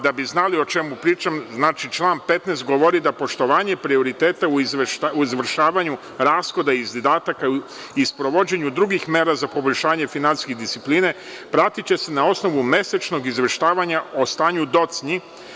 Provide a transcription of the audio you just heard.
Da bi znali o čemu pričam, član 15. govori da poštovanje prioriteta u izvršavanju rashoda i zadataka i sprovođenju drugih mera za poboljšanje finansijske discipline pratiće se na osnovu mesečnog izveštavanja o stanju docnji.